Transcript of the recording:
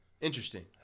Interesting